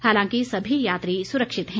हालांकि सभी यात्री सुरक्षित हैं